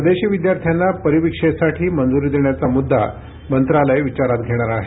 परदेशी विद्यार्थ्यांना परिविक्षेसाठी मंजूरी देण्याचा मुद्दा मंत्रालय विचारात घेणार आहे